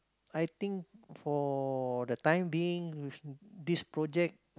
I think for the time being this project